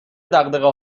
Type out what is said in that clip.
دغدغه